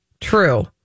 True